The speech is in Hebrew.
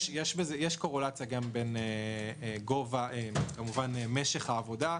יש קורלציה עם משך העבודה,